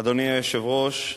אדוני היושב-ראש,